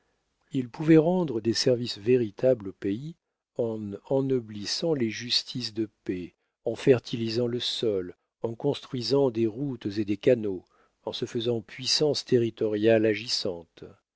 il pouvait rendre des services véritables au pays en ennoblissant les justices de paix en fertilisant le sol en construisant des routes et des canaux en se faisant puissance territoriale agissante